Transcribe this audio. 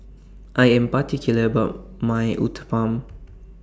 I Am particular about My Uthapam